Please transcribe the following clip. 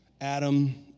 Adam